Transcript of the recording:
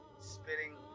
spitting